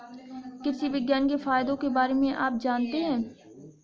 कृषि विज्ञान के फायदों के बारे में आप जानते हैं?